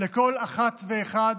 לכל אחת ואחד